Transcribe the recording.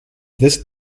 this